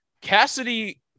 Cassidy